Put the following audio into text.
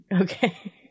Okay